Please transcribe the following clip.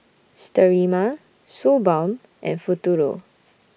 Sterimar Suu Balm and Futuro